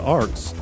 arts